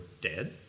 dead